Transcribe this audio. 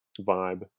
vibe